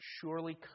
surely